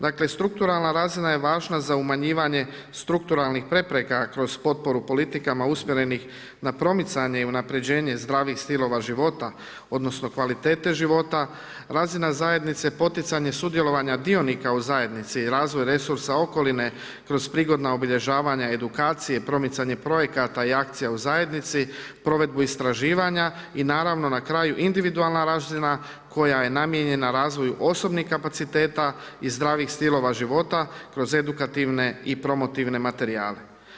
Dakle strukturalna razina je važna za umanjivanje strukturalnih prepreka kroz potporu politikama usmjerenih na promicanje i unapređenje zdravih stilova života, odnosno kvalitete života, razina zajednica, poticanje sudjelovanja dionika u zajednici i razvoj resursa okoline kroz prigodna obilježavanja edukacije, promicanje projekata i akcija u zajednici, provedbu istraživanja i naravno na kraju individualna razina koja je namijenjena razvoju osobnih kapaciteta i zdravih stilova života kroz edukativne i promotivne materijale.